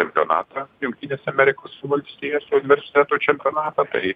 čempionatą jungtinės amerikos valstijos universitetų čempionatą tai